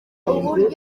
uburyo